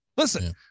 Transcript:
Listen